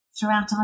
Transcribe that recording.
throughout